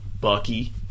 Bucky